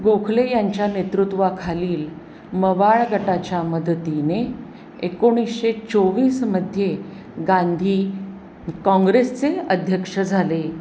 गोखले यांच्या नेतृत्वाखालील मवाळ गटाच्या मदतीने एकोणीसशे चोवीसमध्ये गांधी काँग्रेसचे अध्यक्ष झाले